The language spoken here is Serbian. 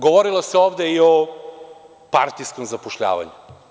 Govorilo se ovde i o partijskom zapošljavanju.